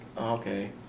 okay